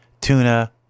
tuna